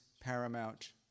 paramount